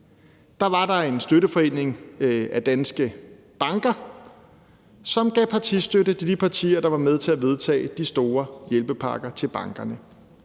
var der en støtteforening af danske banker, som gav partistøtte til de partier, der var med til at vedtage de store hjælpepakker til bankerne.